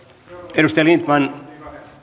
edustaja lindtman